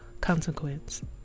consequence